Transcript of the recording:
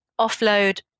offload